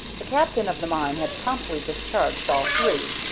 the captain of the mine had promptly discharged all three.